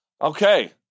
Okay